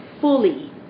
fully